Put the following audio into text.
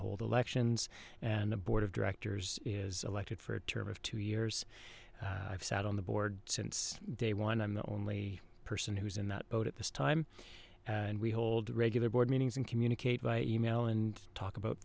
hold elections and the board of directors is elected for a term of two years i've sat on the board since day one i'm the only person who's in that boat at this time and we hold regular board meetings and communicate by email and talk about